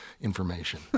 information